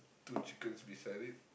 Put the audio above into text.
two chickens beside it